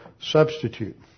substitute